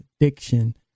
addiction